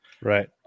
Right